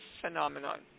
phenomenon